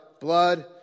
blood